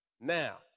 Now